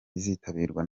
izitabirwa